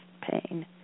pain